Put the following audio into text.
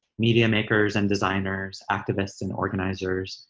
media makers and designers, activists and organizers,